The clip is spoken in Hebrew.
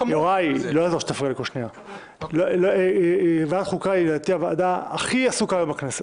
לדעתי ועדת חוקה היא הוועדה הכי עסוקה היום בכנסת.